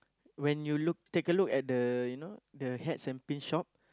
when you look take a look at the you know hats and pin shop